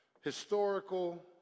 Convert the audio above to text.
Historical